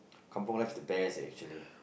kampong life's the best leh actually